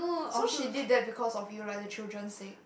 so she did that because of you like the children sake